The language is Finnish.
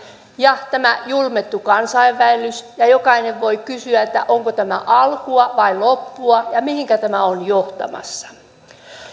ja tämä julmettu kansainvaellus jokainen voi kysyä onko tämä alkua vai loppua ja mihinkä tämä on johtamassa